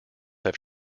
have